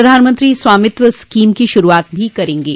प्रधानमंत्री स्वामित्व स्कीम की शुरूआत भी करेंगे